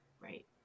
right